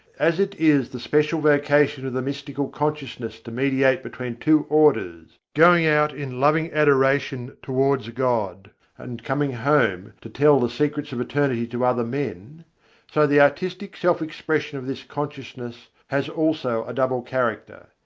as it is the special vocation of the mystical consciousness to mediate between two orders, going out in loving adoration towards god and coming home to tell the secrets of eternity to other men so the artistic self-expression of this consciousness has also a double character.